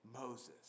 Moses